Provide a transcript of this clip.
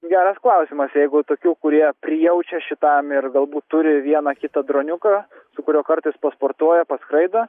geras klausimas jeigu tokių kurie prijaučia šitam ir galbūt turi vieną kitą droniuką su kuriuo kartais pasportuoja paskraido